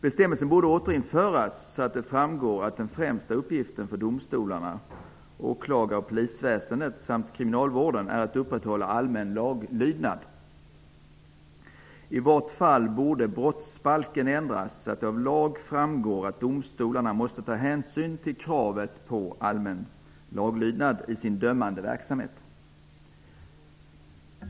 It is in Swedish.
Bestämmelsen borde återinföras, så att det framgår att den främsta uppgiften för domstolar, åklagare, polisväsende samt kriminalvård är att upprätthålla allmän laglydnad. I vart fall borde brottsbalken ändras så, att det av lag framgår att domstolarna måste ta hänsyn till kravet på allmän laglydnad i sin dömande verksamhet.